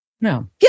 No